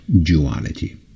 duality